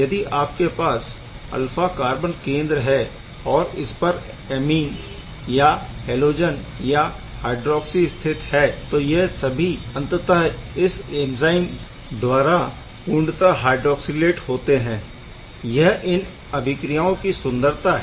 यदि आपके पास अल्फा कार्बन केंद्र है और इसपर ऐमीन या हैलोजन या हाइड्रोऑक्सी स्थित है तो यह सभी अंततः इस ऐंज़ाइम द्वारा पूर्णतः हायड्रॉक्सिलेट होते है यह इन अभिक्रियाओं की सुंदरता है